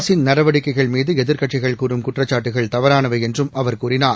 அரசின் நடவடிக்கைள் மீது எதிர்க்கட்சிகள் கூறும் குற்றச்சாட்டுக்கள் தவறானவை என்றும் அவர் கூறினார்